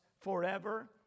forever